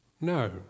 No